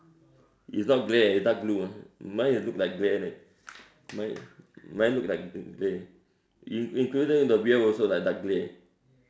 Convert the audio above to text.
it's not grey it's dark blue ah mine is look like grey leh mine mine look like grey in~ included in the wheel also lah dark grey